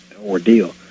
ordeal